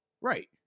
right